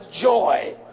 joy